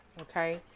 Okay